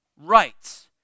rights